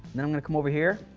i'm going to come over here.